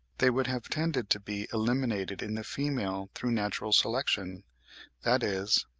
they would have tended to be eliminated in the female through natural selection that is,